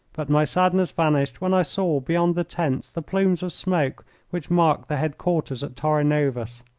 but my sadness vanished when i saw beyond the tents the plumes of smoke which marked the headquarters at torres novas.